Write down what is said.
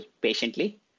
patiently